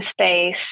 space